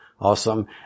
Awesome